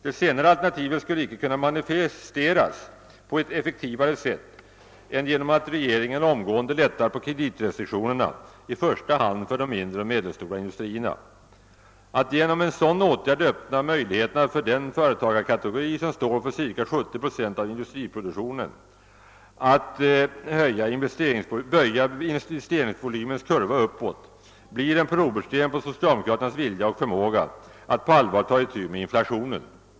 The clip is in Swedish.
Det senare alternativet skulle icke kunna manifesteras på ett effektivare sätt än genom att regeringen omgående lättar på kreditrestriktionerna, i första hand för den mindre och medelstora industrin. Att genom en sådan åtgärd öppna möjligheterna för den företagarkategori, som står för ca 70 procent av industriproduktionen, att böja investeringsvolymens kurva uppåt blir en probersten på socialdemokraternas vilja och för måga att på allvar ta itu med inflationen.